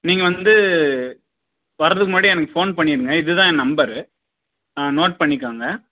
நீங்கள் வந்து வரதுக்கு முன்னாடி எனக்கு ஃபோன் வந்து பண்ணிவிடுங்க இதுதான் என் நம்பரு நோட் பண்ணிக்கோங்க